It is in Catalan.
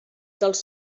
dels